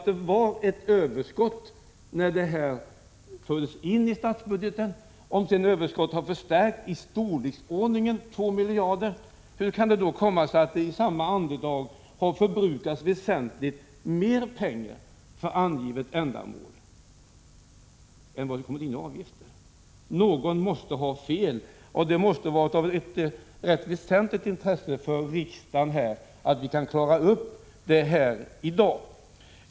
Om det fanns ett överskott när fonderna fördes in i statsbudgeten och detta överskott sedan ökat — det rör sig om ett belopp i storleksordningen 2 miljarder —, hur kan det då komma sig att det i samma veva förbrukats väsentligt mer pengar för angivet ändamål än vad avgifterna inbringat? Någon måste ha fel. Det måste väl vara av rätt så stort intresse för riksdagen att detta kan klaras ut här i dag.